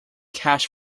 cash